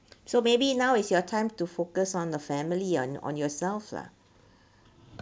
so maybe now is your time to focus on the family on on yourself lah